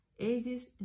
ages